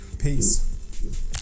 peace